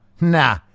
Nah